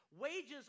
Wages